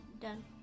done